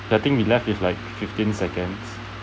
ya I think we left is like fifteen seconds